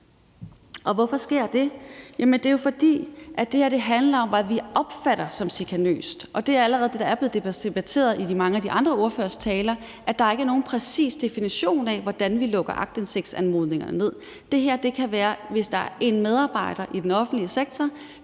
hvorfor sker det? Ja, det er jo, fordi det her handler om, hvad vi opfatter som chikanøst, og det er det, der allerede er blevet debatteret i mange af de andre ordføreres taler, altså at der ikke er nogen præcis definition af, hvordan vi lukker aktindsigtsanmodninger ned. Hvis der er en medarbejder i den offentlige sektor,